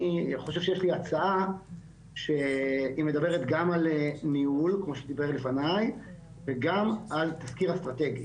אני חושב שיש לי הצעה שהיא מדברת על ניהול וגם על תזכיר אסטרטגי,